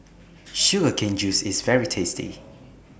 Sugar Cane Juice IS very tasty